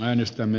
kannatan